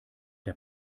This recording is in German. der